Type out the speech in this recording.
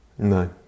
No